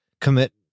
commit